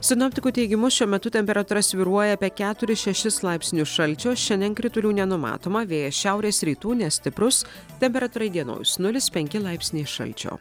sinoptikų teigimu šiuo metu temperatūra svyruoja apie keturis šešis laipsnius šalčio šiandien kritulių nenumatoma vėjas šiaurės rytų nestiprus temperatūra įdienojus nulis penki laipsniai šalčio